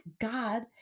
God